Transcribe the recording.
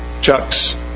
Chuck's